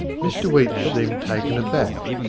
mr weech seemed taken aback.